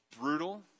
brutal